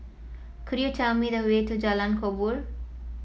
could you tell me the way to Jalan Kubor